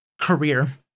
career